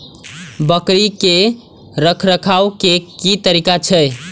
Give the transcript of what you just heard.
बकरी के रखरखाव के कि तरीका छै?